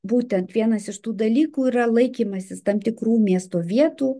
būtent vienas iš tų dalykų yra laikymasis tam tikrų miesto vietų